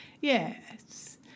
Yes